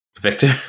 Victor